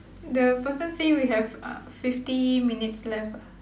the person say we have uh fifty minutes left uh